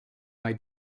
mai